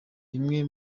bimwe